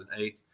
2008